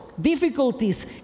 difficulties